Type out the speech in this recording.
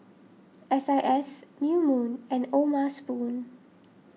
S I S New Moon and O'ma Spoon